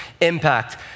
impact